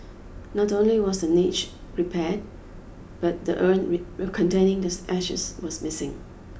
not only was the niche repaired but the urn containing this ashes was missing